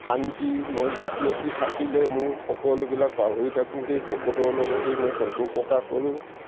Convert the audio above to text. শান্তি মই য'ত নেকি থাকিলে মোৰ সকলোবিলাক পাহৰি থাকোঁ সেই ভকতৰ লগতেই মই সন্তোষ প্ৰকাশ কৰোঁ